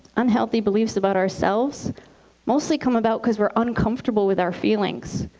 unhealthy beliefs about ourselves mostly come about because we're uncomfortable with our feelings.